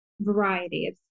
variety